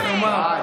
איך לומר?